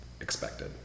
expected